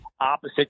opposite